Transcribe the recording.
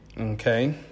okay